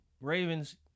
Ravens